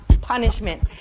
punishment